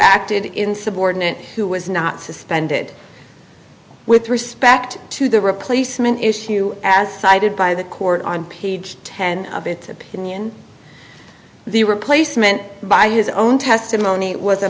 acted in subordinate who was not suspended with respect to the replacement issue as cited by the court on page ten of its opinion the replacement by his own testimony it was a